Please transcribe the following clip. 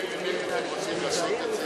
משרד המשפטים, אם הם באמת רוצים לעשות את זה,